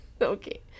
okay